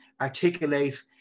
articulate